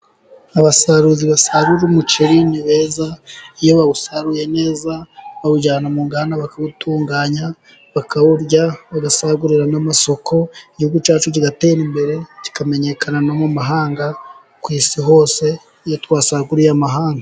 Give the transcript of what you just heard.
Abasaruzi basarura umuceri ni beza, iyo bawusaruye neza bawujyana mu nganda bakawutunganya, bakawurya, bagasagurira n'amasoko, igihugu cyacu kigatera imbere, kikamenyekana no mu mahanga ku isi hose, iyo twasaguriye amahanga.